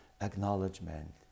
Acknowledgement